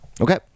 Okay